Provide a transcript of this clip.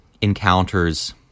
encounters